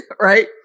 right